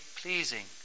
pleasing